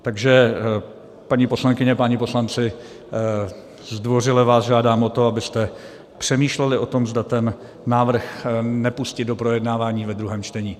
Takže vás, paní poslankyně, páni poslanci, zdvořile žádám o to, abyste přemýšleli o tom, zda ten návrh nepustit do projednávání ve druhém čtení.